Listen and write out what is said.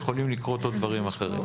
יכולים לקרות עוד דברים אחרים.